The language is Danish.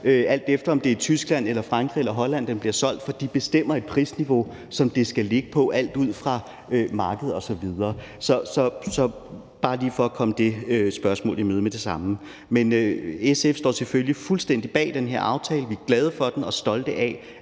uanset om det er Tyskland eller Frankrig eller Holland, den bliver solgt i, for de bestemmer et prisniveau, som den skal ligge på ud fra marked osv. Det er bare lige for at komme det spørgsmål i møde med det samme. Men SF står selvfølgelig fuldstændig bag den her aftale. Vi er glade for den og stolte af,